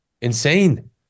insane